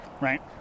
right